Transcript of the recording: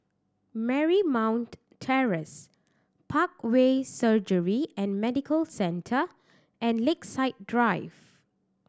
Marymount Terrace Parkway Surgery and Medical Centre and Lakeside Drive